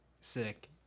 Sick